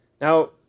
Now